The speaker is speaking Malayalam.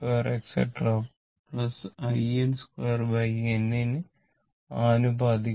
in2 n ന് ആനുപാതികമാണ്